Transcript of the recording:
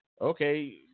okay